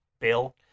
bill